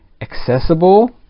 accessible